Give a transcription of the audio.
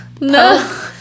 No